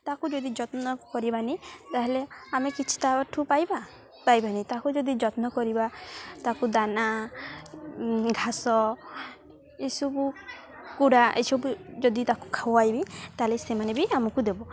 ତାକୁ ଯଦି ଯତ୍ନ କରିବା ନି ତାହେଲେ ଆମେ କିଛି ତା ଠୁ ପାଇବା ପାଇବା ନି ତାକୁ ଯଦି ଯତ୍ନ କରିବା ତାକୁ ଦାନା ଘାସ ଏସବୁ କୁଡ଼ା ଏସବୁ ଯଦି ତାକୁ ଖୁଆଇବି ତାହେଲେ ସେମାନେ ବି ଆମକୁ ଦେବ